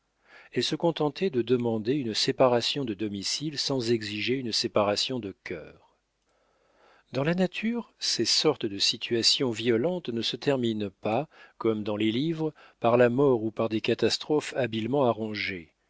elle se contentait de demander une séparation de domicile sans exiger une séparation de cœur dans la nature ces sortes de situations violentes ne se terminent pas comme dans les livres par la mort ou par des catastrophes habilement arrangées